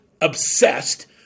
obsessed